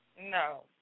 No